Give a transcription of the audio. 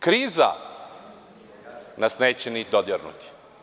Kriza nas neće ni dodirnuti.